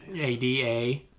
ADA